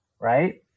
Right